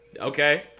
Okay